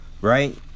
Right